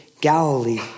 Galilee